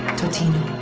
totino.